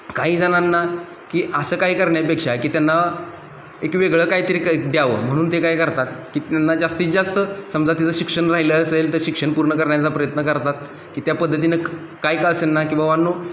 काही जणांना की असं काय करण्यापेक्षा की त्यांना एक वेगळं काहीतरी काही द्यावं म्हणून ते काय करतात की त्यांना जास्तीत जास्त समजा तिचं शिक्षण राहिलं असेल तर शिक्षण पूर्ण करण्याचा प्रयत्न करतात की त्या पद्धतीनं काय का असेन ना की बाबानो